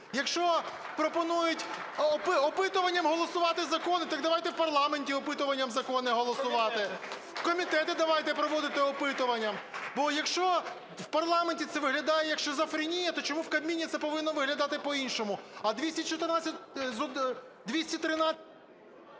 Якщо пропонують опитуванням голосувати закони, так давайте в парламенті опитуванням закони голосувати. Комітети давайте проводити опитуванням. Бо якщо в парламенті це виглядає як шизофренія, так чому в Кабміні це повинно виглядати по-іншому? А 214…